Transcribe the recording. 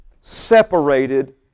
separated